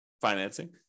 financing